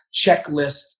checklist